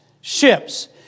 ships